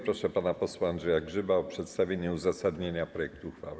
Proszę pana posła Andrzeja Grzyba o przedstawienie uzasadnienia projektu uchwały.